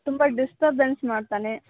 ತುಂಬ ಡಿಸ್ಟರ್ಬೆನ್ಸ್ ಮಾಡ್ತಾನೆ